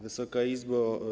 Wysoka Izbo!